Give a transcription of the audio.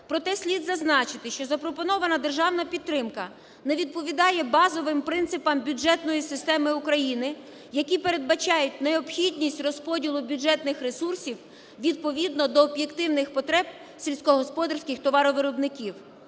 Проте слід зазначити, що запропонована державна підтримка не відповідає базовим принципам бюджетної системи України, які передбачають необхідність розподілу бюджетних ресурсів відповідно до об'єктивних потреб сільськогосподарських товаровиробників,